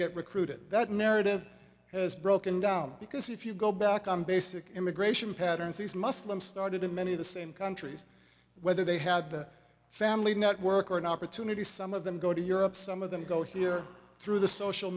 get recruited that narrative has broken down because if you go back on basic immigration patterns these muslim started in many of the same countries whether they had the family network or an opportunity some of them go to europe some of them go here through the social